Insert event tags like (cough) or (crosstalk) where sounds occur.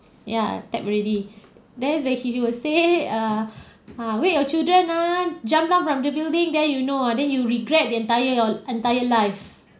ya type already then the he will say err (breath) err wait your children ah jumped down from the building then you know ah then you regret the entire your entire life